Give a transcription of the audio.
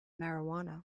marijuana